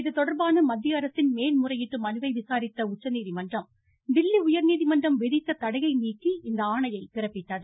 இதுதொடர்பான மத்திய அரசின் மேல் முறையீட்டு மனுவை இன்று விசாரித்த உச்சநீதிமன்றம் தில்லி உயர்நீதிமன்றம் விதித்த தடையை நீக்கி இந்த ஆணையை பிறப்பித்தது